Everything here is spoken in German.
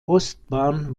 ostbahn